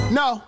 no